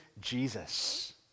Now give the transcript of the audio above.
Jesus